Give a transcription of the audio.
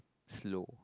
slow